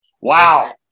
Wow